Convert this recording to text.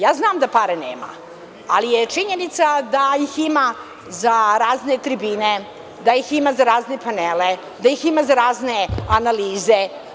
Ja znam da para nema, ali je činjenica da ih ima za razne tribine, da ih ima za razne panele, da ih ima za razne analize.